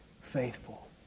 faithful